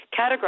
categorize